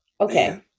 Okay